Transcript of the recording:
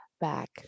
back